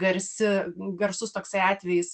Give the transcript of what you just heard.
garsi garsus toksai atvejis